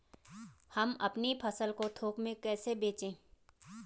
हम अपनी फसल को थोक में कैसे बेचें?